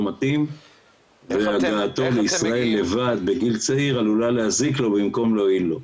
מתאים והגעתו לישראל לבד בגיל צעיר עלולה להזיק לו במקום להועיל לו.